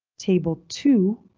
table two.